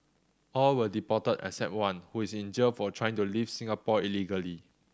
all were deported except one who is in jail for trying to leave Singapore illegally